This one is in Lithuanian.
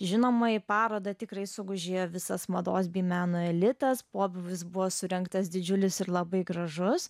žinoma į parodą tikrai sugužėjo visas mados bei meno elitas pobūvis buvo surengtas didžiulis ir labai gražus